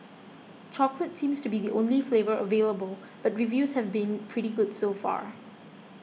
chocolate seems to be the only flavour available but reviews have been pretty good so far